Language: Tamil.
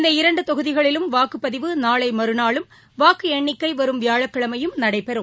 இந்த இரண்டு தொகுதிகளிலும் வாக்குப்பதிவு நாளை மறுநாளும் வாக்கு எண்ணிக்கை வரும் வியாழக்கிழமையும் நடைபெறும்